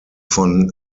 von